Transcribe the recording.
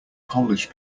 polish